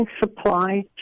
supply